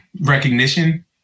recognition